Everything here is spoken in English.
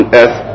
earth